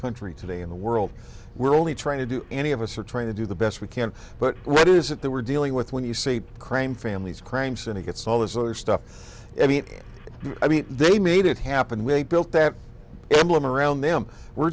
country today in the world we're only trying to do any of us are trying to do the best we can but what is it that we're dealing with when you say crime families crime syndicates all this other stuff i mean i mean they made it happen when they built that emblem around them we're